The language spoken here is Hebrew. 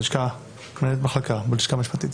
מנהלת מחלקה בלשכה המשפטית,